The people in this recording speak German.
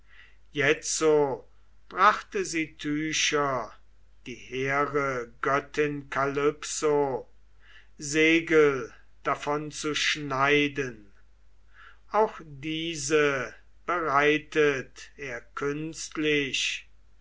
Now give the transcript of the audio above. jetzo brachte sie tücher die hehre göttin kalypso segel davon zu schneiden auch diese bereitet er künstlich